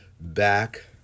back